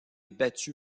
battu